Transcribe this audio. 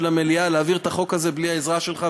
המליאה להעביר את החוק הזה בלי העזרה שלך,